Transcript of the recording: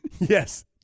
Yes